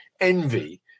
envy